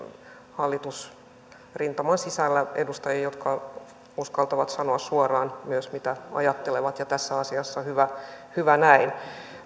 hallitusrintaman sisällä edustajia jotka uskaltavat sanoa suoraan myös mitä ajattelevat ja tässä asiassa hyvä hyvä näin